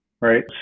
right